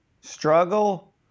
Struggle